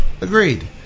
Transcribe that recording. Agreed